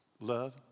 love